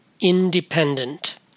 independent